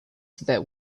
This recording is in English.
that